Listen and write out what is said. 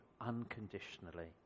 unconditionally